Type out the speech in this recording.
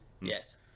Yes